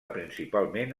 principalment